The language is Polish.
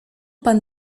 pan